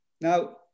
Now